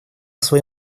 свои